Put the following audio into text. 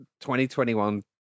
2021